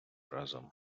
разом